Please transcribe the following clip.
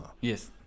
yes